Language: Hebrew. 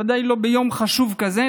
ודאי לא ביום חשוב כזה.